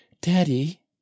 daddy